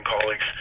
colleagues